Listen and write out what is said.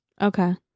Okay